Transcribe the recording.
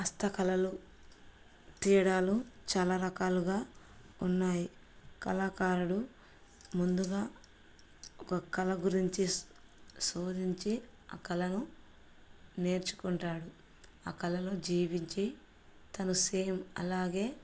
హస్తకళలు తేడాలు చాలా రకాలుగా ఉన్నాయి కళాకారుడు ముందుగా ఒక కళ గురించి శోధించి ఆ కళను నేర్చుకుంటాడు ఆ కళలో జీవించి తను సేమ్ అలాగే